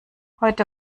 heute